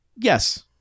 Yes